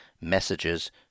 messages